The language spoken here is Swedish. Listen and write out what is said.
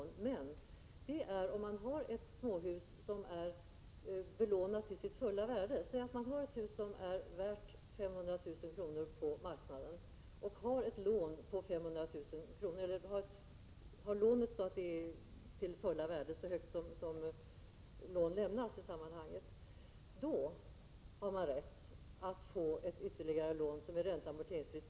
Detta gäller emellertid endast om man har ett småhus som är belånat till sitt fulla värde. Om man har ett hus som är värt 500 000 kr. på marknaden och har lån till detta värde — alltså det högsta som tillåts i sammanhanget — har man rätt att få ytterligare ett lån som är ränteoch amorteringsfritt.